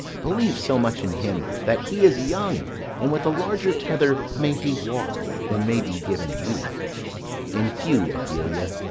believe so much in him, that he is young and with a larger tether may he walk than may be given you in few, ophelia,